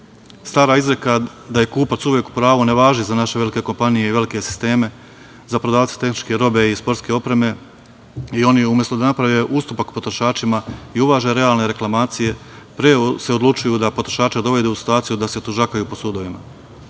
tužbi. Stara izreka da je kupac uvek u pravu, ne važi za naše velike kompanije i velike sisteme, za prodavce tehničke robe i sportske opreme i oni umesto da naprave ustupak potrošačima i uvaže realne reklamacije, pre se odlučuju da potrošače dovedu u situaciju da se tužakaju po sudovima. Recimo,